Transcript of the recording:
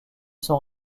sont